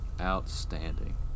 Outstanding